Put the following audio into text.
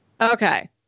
okay